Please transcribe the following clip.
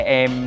em